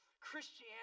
christianity